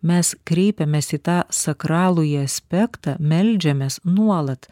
mes kreipiamės į tą sakralųjį aspektą meldžiamės nuolat